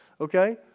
okay